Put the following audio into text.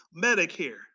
Medicare